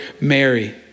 Mary